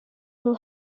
who